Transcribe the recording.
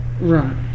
Right